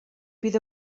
bydd